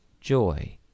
joy